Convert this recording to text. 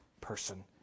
person